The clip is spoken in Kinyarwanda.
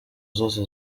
zose